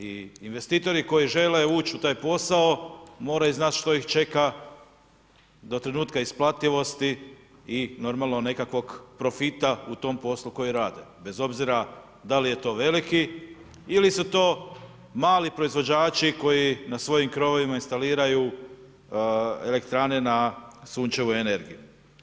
I investitori, koji žele ući u taj posao, moraju znati što ih čeka do trenutka isplativosti i normalno, nekakvog profita u tom poslu koji rade, bez obzira, da li je to veliki ili su to mali proizvođači, koji na svojim krovovima instaliraju elektrane na sunčevu energiju.